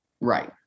right